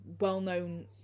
well-known